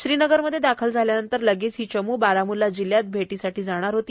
श्रीनगरमध्ये दाखल झाल्यानंतर लगेच ही चमू बारामुल्ला जिल्ह्यात भेटीसाठी जाणार होती